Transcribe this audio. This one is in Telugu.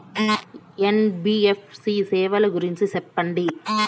ఎన్.బి.ఎఫ్.సి సేవల గురించి సెప్పండి?